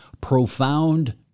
profound